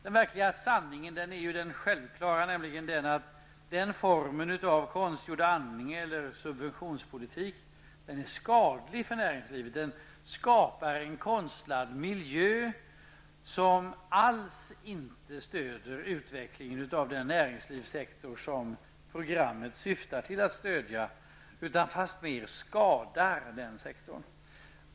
Den verkliga sanningen är självfallet att den formen av konstgjord andning eller subventionspolitik är skadlig för näringslivet. Den skapar en konstlad miljö, som alls inte stöder utvecklingen av den näringslivssektor som programmet syftar till att stödja, utan fastmer skadar den.